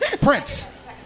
Prince